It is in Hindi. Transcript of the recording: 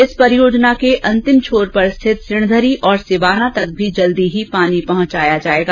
इस परियोजजना के अंतिम छोर पर स्थित सिणधरी और सिवाना तक भी जल्दी ही पानी पहुंचाया जाएगा